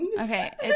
okay